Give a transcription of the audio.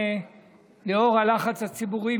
לאור הלחץ הציבורי,